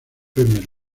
premier